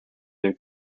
their